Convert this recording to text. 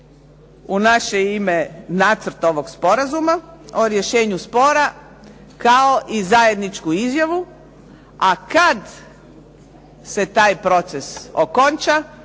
u naše ime nacrt ovog sporazuma o rješenju spora, kao i zajedničku izjavu. A kad se taj proces okonča,